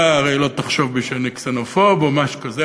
אתה הרי לא תחשוד בי שאני קסנופוב או משהו כזה.